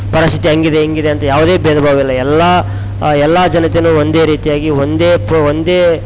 ಪರಿಸ್ಥಿತಿ ಹಾಗಿದೆ ಹಿಂಗಿದೆ ಅಂತ ಯಾವುದೇ ಭೇದ ಭಾವ ಇಲ್ಲ ಎಲ್ಲ ಎಲ್ಲ ಜನತೆನು ಒಂದೇ ರೀತಿಯಾಗಿ ಒಂದೇ ಪ ಒಂದೇ